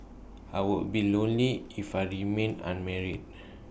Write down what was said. I would be lonely if I remained unmarried